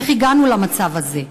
איך הגענו למצב הזה?